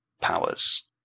powers